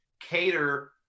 cater –